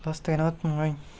class টেনত মই